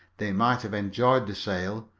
they might have enjoyed the sail.